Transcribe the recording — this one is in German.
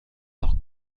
noch